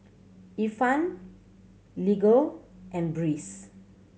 Ifan Lego and Breeze